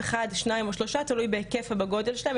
אחד שניים או שלושה תלוי בהיקף ובגודל שלהם,